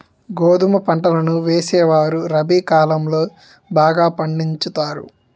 గోధుమ పంటలను వేసేవారు రబి కాలం లో బాగా పండించుతారు